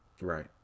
Right